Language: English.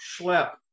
schlep